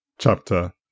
chapter